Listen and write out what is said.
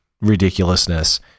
ridiculousness